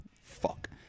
fuck